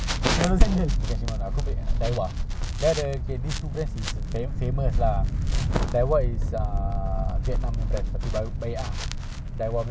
that's why that that's why I know our be ho~ okay as easy as cycling you know sekarang aku punya focus jersey thor jersey semua kat rumah more than ten